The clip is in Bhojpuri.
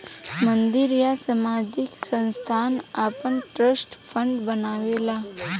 मंदिर या सामाजिक संस्थान आपन ट्रस्ट फंड बनावेला